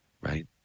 Right